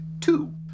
two